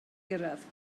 gyrraedd